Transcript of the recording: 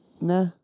nah